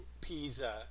Pisa